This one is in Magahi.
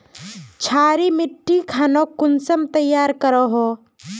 क्षारी मिट्टी खानोक कुंसम तैयार करोहो?